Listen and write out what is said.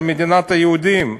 על מדינת היהודים.